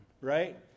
right